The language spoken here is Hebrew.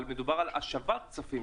אבל מדובר בהשבת כספים,